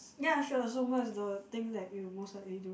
ya sure so what is the thing that you most likely do